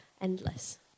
endless